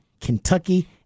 Kentucky